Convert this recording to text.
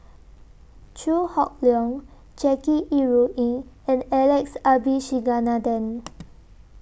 Chew Hock Leong Jackie Yi Ru Ying and Alex Abisheganaden